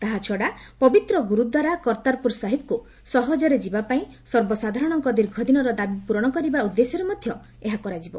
ତାହାଛଡା ପବିତ୍ର ଗୁରୁଦ୍ୱାରା କର୍ତ୍ତାରପୁର ସାହିବକୁ ସହଜରେ ଯିବା ପାଇଁ ସର୍ବସାଧାରଣଙ୍କ ଦୀର୍ଘଦିନର ଦାବି ପୂରଣ କରିବା ଉଦ୍ଦେଶ୍ୟରେ ମଧ୍ୟ ଏହା କରାଯିବ